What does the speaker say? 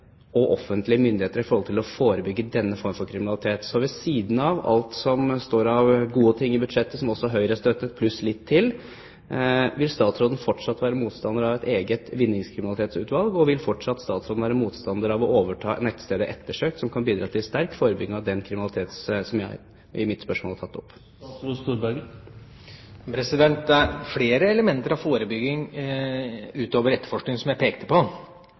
å forebygge denne form for kriminalitet. Så ved siden av alt som står av gode ting i budsjettet – som også Høyre støttet, pluss litt til – vil statsråden fortsatt være motstander av et eget vinningskriminalitetsutvalg? Og vil statsråden fortsatt være motstander av å overta nettstedet «Ettersøkt», som kan bidra til sterk forebygging av den kriminalitet som jeg har tatt opp i mitt spørsmål? Det er flere elementer av forebygging utover etterforskning som jeg pekte på.